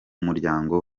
muryango